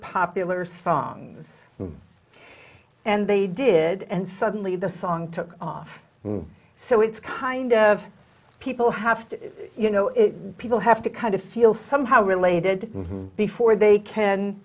popular songs and they did and suddenly the song took off so it's kind of people have to you know it's people have to kind of feel somehow related before they can